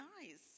eyes